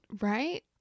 right